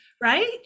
right